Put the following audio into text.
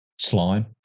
slime